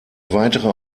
weitere